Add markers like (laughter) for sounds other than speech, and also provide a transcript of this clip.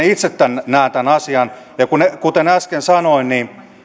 (unintelligible) itse näen tämän asian ja kuten äsken sanoin